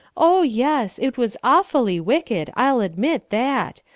oh, yes it was awfully wicked i'll admit that.